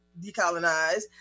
decolonized